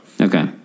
Okay